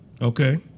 Okay